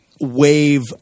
wave